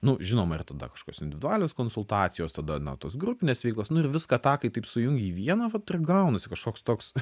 nu žinoma ir tada kažkokios individualios konsultacijos tada na tos grupinės veiklos nu ir viską tą kai taip sujungi į vieną vat ir gaunasi kažkoks toks